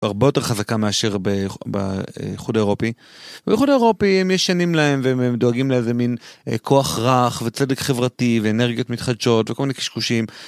הרבה יותר חזקה מאשר באיחוד האירופי.. באיחוד האירופי הם ישנים להם והם דואגים לאיזה מין כוח רך וצדק חברתי ואנרגיות מתחדשות וכל מיני קשקושים.